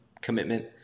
commitment